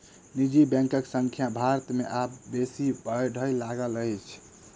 निजी बैंकक संख्या भारत मे आब बेसी बढ़य लागल अछि